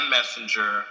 Messenger